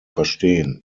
verstehen